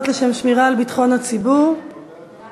לשם שמירה על ביטחון הציבור (תיקון